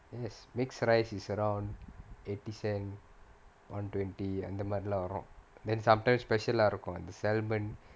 yes mixed rice is around eighty cent one twenty அந்த மாறியெல்லாம் வரும்:antha maariyellaam varum then sometimes special ah இருக்கும்:irukkum the salmon